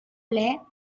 lait